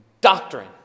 doctrine